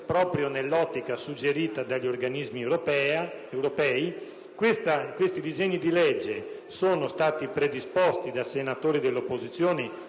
proprio nell'ottica suggerita dagli organismi europei. Questi provvedimenti sono stati predisposti da senatori dell'opposizione